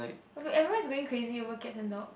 okay everyone is going crazy over cat and dog